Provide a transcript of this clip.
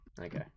Okay